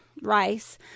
rice